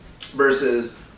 versus